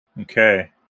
Okay